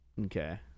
Okay